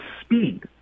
speed